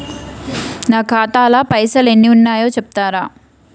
నా ఖాతా లా పైసల్ ఎన్ని ఉన్నాయో చెప్తరా?